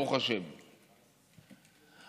ברוך השם,